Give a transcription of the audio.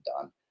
done